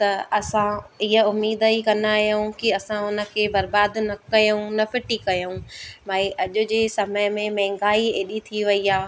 त असां हीअ उमीद ई कंदा आयूं की असां हुन खे बर्बाद न कयूं न फिटी कयूं भाई अॼ जी समय में महांगाई एॾी थी वई आहे